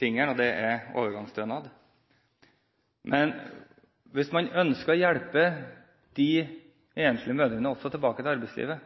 tingen, og det er overgangsstønad. Hvis man ønsker å hjelpe de enslige mødrene også tilbake til arbeidslivet,